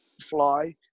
fly